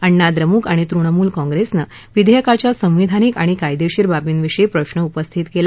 अण्णा द्रमुक आणि तृणमूल काँग्रेसनं विधेयकाच्या संविधानिक आणि कायदेशीर बाबींविषयी प्रश्न उपस्थित केला